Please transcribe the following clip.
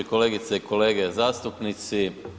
Kolegice i kolege zastupnici.